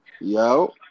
yo